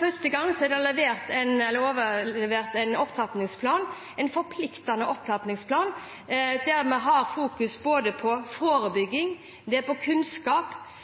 første gang er det overlevert en forpliktende opptrappingsplan, der vi fokuserer både på forebygging, på kunnskap, på det arbeidet politiet skal gjøre av etterforskning, og ikke minst på